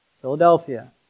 Philadelphia